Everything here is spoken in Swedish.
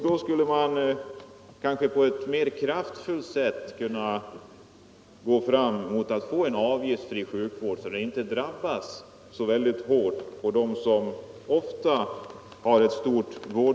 Då skulle man kanske på ett mer kraftfullt sätt kunna arbeta för en avgiftsfri sjukvård så att de som ofta har vårdbehov inte drabbas så hårt.